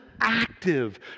active